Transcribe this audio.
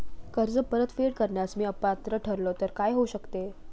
कर्ज परतफेड करण्यास मी अपात्र ठरलो तर काय होऊ शकते?